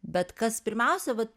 bet kas pirmiausia vat